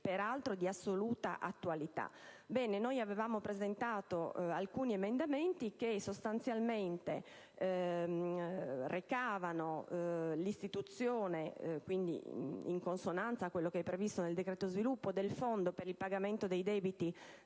peraltro di assoluta attualità). Ebbene, avevamo presentato alcuni emendamenti che recavano l'istituzione, in consonanza a quanto previsto nel decreto sviluppo, del Fondo per il pagamento dei debiti